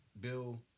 Bill